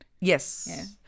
Yes